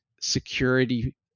security